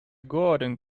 garden